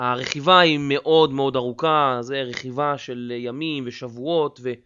הרכיבה היא מאוד מאוד ארוכה, זה רכיבה של ימים ושבועות ו...